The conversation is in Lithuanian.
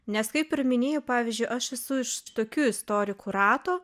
nes kaip ir minėjau pavyzdžiui aš esu iš tokių istorikų rato